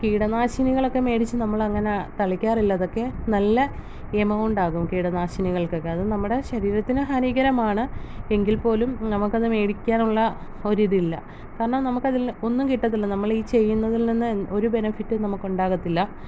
കീടനാശിനികളൊക്കെ മേടിച്ച് നമ്മൾ അങ്ങനെ തളിക്കാറില്ല അതൊക്കെ നല്ല എമൗണ്ടാകും കീടനാശിനികൾകൊക്കെ അത് നമ്മുടെ ശരീരത്തിന് ഹാനികരമാണ് എങ്കിൽ പോലും നമുക്ക് അത് മേടിക്കാനുള്ള ഒരു ഇതില്ല കാരണം നമുക്ക് അതിൽ ഒന്നും കിട്ടത്തില്ല നമ്മൾ ഈ ചെയ്യുന്നതിൽ നിന്ന് ഒരു ബെനഫിറ്റും നമക്ക് ഉണ്ടാകത്തില്ല